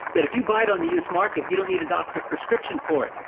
that if you buy it on the used market, you don't need a doctor prescription for it.